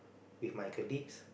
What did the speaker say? with my colleagues